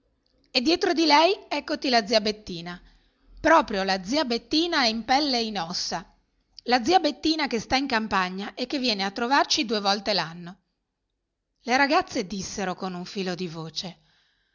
e dietro di lei eccoti la zia bettina proprio la zia bettina in pelle e in ossa la zia bettina che sta in campagna e che viene a trovarci due volte l'anno le ragazze dissero con un filo di voce